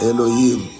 Elohim